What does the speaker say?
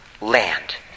land